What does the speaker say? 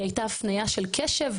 היא הייתה הפנייה של קשב.